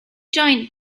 giant